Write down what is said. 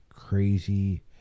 crazy